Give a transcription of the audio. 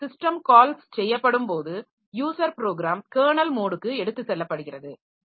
மேலும் system calls செய்யப்படும்போது user program kernel மோடுக்கு எடுத்துச் செல்லப்படுகிறது